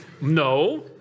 No